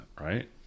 right